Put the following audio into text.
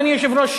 אדוני היושב-ראש,